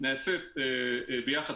נעשית ביחד,